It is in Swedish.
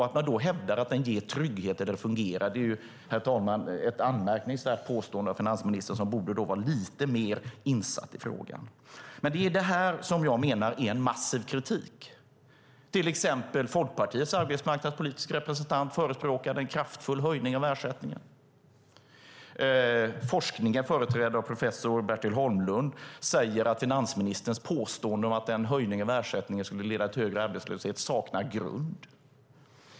Att då hävda att den ger trygghet och fungerar är ett anmärkningsvärt påstående av en finansminister som borde vara lite mer insatt i frågan. Det är detta jag menar är en massiv kritik. Till exempel förespråkade Folkpartiets arbetsmarknadspolitiske representant en kraftfull höjning av ersättningen. Forskningen, företrädd av professor Bertil Holmlund, sade att finansministerns påstående att en höjning av ersättningen skulle leda till högre arbetslöshet saknar grund.